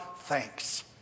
thanks